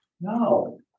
No